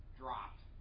dropped